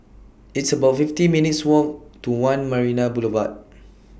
It's about fifty minutes' Walk to one Marina Boulevard